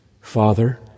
Father